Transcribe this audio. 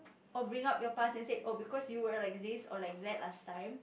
or bring up your past and say oh because you were like this or like that last time